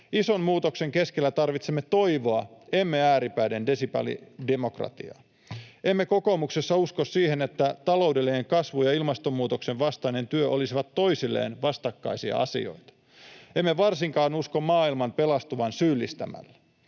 Ison muutoksen keskellä tarvitsemme toivoa, emme ääripäiden desibelidemokratiaa. Emme kokoomuksessa usko siihen, että taloudellinen kasvu ja ilmastonmuutoksen vastainen työ olisivat toisilleen vastakkaisia asioita. Emme varsinkaan usko maailman pelastuvan syyllistämällä.